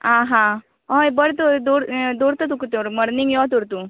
आं हां हय बरें तर दवर ये दवरता तुका तर मोर्निंग यो तर तूं